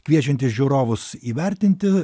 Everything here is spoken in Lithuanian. kviečiantis žiūrovus įvertinti